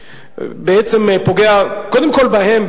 שפוגע קודם כול בהם,